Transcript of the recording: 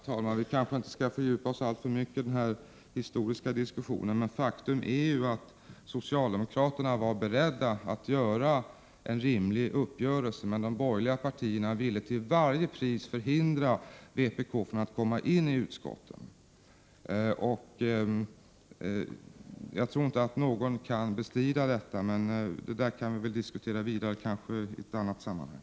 Herr talman! Vi kanske inte skall fördjupa oss alltför mycket i en historisk diskussion. Faktum är ju att socialdemokraterna var beredda att göra en rimlig uppgörelse, men de borgerliga partierna ville till varje pris förhindra vpk från att komma in i utskotten. Jag tror inte att någon kan bestrida det jag säger, men det kan vi väl diskutera vidare i något annat sammanhang.